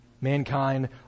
Mankind